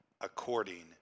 according